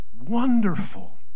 wonderful